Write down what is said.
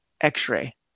x-ray